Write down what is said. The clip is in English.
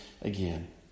again